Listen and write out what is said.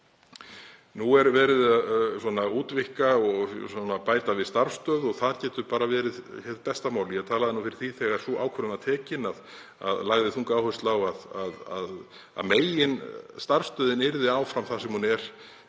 Nú er verið að útvíkka og bæta við starfsstöð og það er hið besta mál. Ég talaði fyrir því þegar sú ákvörðun var tekin og lagði þunga áherslu á að meginstarfsstöðin yrði áfram þar sem hún